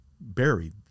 buried